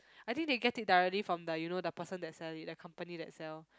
I think they get it directly from the you know the person that sell it the company that sell